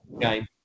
game